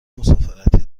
مسافرتی